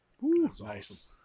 nice